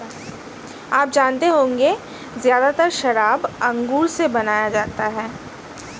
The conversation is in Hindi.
आप जानते होंगे ज़्यादातर शराब अंगूर से बनाया जाता है